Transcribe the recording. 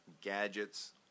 gadgets